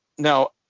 now